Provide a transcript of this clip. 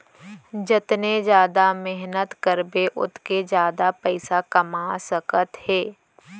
जतने जादा मेहनत करबे ओतके जादा पइसा कमा सकत हे